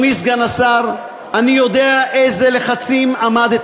אני יודע באיזה לחצים עמדת,